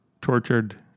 tortured